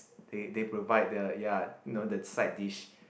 they they provide the ya you know the side dish